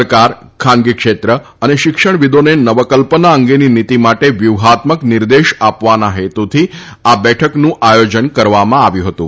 સરકાર ખાનગી ક્ષેત્ર અને શિક્ષણ વિદોને નવકલ્પના અંગેની નીતી માટે વ્યુહાત્મક નિર્દેશ આપવાના હેતુથી આ બેઠકનું આયોજન કરવામાં આવ્યું હતું